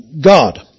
God